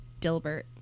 Dilbert